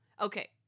Okay